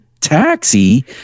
taxi